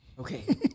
okay